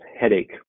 headache